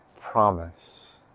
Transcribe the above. promise